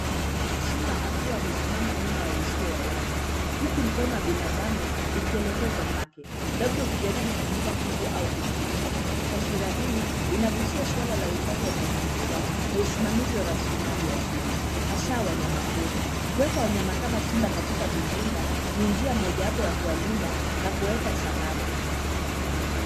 Simba akiwa amesimama nyuma ya uzio wa wavu huku mkono wa binadamu ukielekezwa kwake labda ukijaribu kumpa kitu au kumgusa. Taswira hii inagusia swala la uhifadhi wa mazingira na usimamizi wa rasilimali asili hasa wanyama pori. Kuweka wanyama kama simba katika vizimba ni njia mojawapo ya kuwalinda na kuwaweka salama.